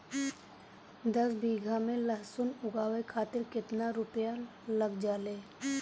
दस बीघा में लहसुन उगावे खातिर केतना रुपया लग जाले?